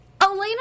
Elena